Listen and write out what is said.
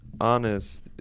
honest